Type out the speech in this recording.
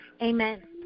Amen